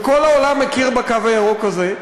וכל העולם מכיר בקו הירוק הזה,